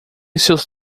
seus